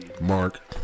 Mark